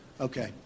Okay